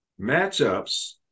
matchups